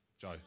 Joe